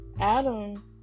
Adam